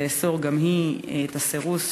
ותאסור גם היא את הסירוס?